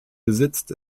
besitzt